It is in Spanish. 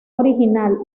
original